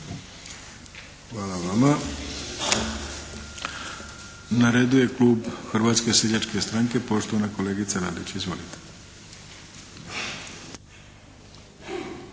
Hvala vama. Na redu je klub Hrvatske seljačke stranke, poštovana kolegica Lelić. Izvolite!